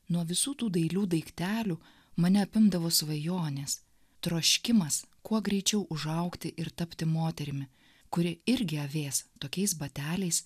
nuo visų tų dailių daiktelių mane apimdavo svajonės troškimas kuo greičiau užaugti ir tapti moterimi kuri irgi avės tokiais bateliais